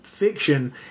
fiction